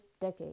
decade